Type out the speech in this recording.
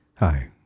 Hi